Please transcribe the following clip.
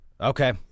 Okay